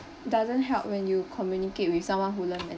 doesn't help when you communicate with someone who learn